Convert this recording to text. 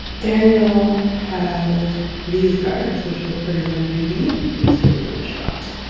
daniel had these guys which looked pretty heavy-duty. let's give them a shot.